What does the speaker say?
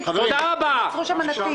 להתייחס?